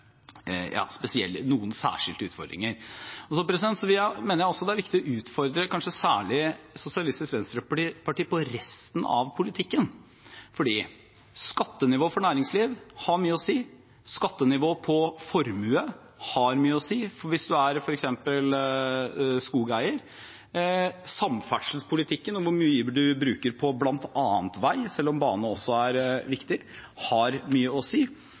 noen særskilte utfordringer. Så mener jeg det er viktig å utfordre kanskje særlig Sosialistisk Venstreparti på resten av politikken, for skattenivå for næringsliv har mye å si, skattenivå på formue har mye å si hvis man f.eks. er skogeier, samferdselspolitikken og hvor mye man bruker på bl.a. vei – selv om bane også er viktig – har mye å si,